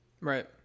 Right